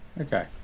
okay